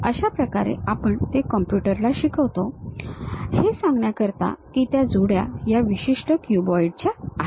अशा प्रकारे आपण ते कॉम्प्युटर ला शिकवतो हे सांगण्याकरिता की त्या जोड्या ह्या विशिष्ट क्युबाईड च्या आहेत